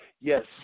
Yes